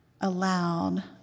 aloud